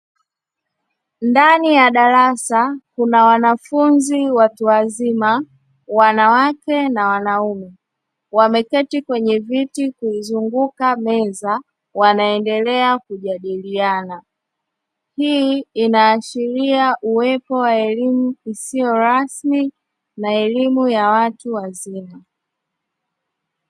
Ndani ya darasa kuna wanafunzi watu wazima wanawake na wanaume wameketi kwenye viti kuizunguka meza, wanaendelea kujadiliana, hii inaashiria uwepo wa elimu isiyo rasmi na elimu ya watu wazima.